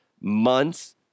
months